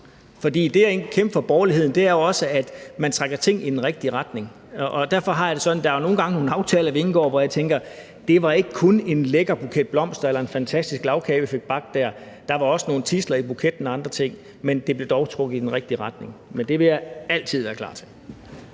for det at kæmpe for borgerligheden er også, at man trækker ting i den rigtige retning. Der er jo nogle gange nogle aftaler, vi indgår, hvor jeg tænker, at det ikke kun var en lækker buket blomster eller en fantastisk lagkage, vi fik bagt der; der var også nogle tidsler i buketten og andre ting, men det blev dog trukket i den rigtige retning. Men det vil jeg altid være klar til.